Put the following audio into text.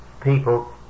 people